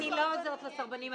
אני לא עוזרת לסרבנים.